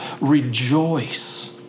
rejoice